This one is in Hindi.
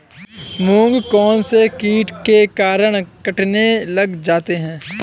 मूंग कौनसे कीट के कारण कटने लग जाते हैं?